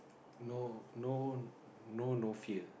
no no no no fear